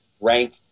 rank